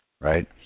right